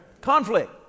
Conflict